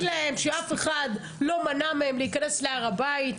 להם שאף אחד לא מנע מהם להיכנס להר הבית.